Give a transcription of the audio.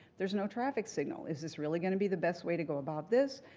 there's no traffic signal. is this really going to be the best way to go about this?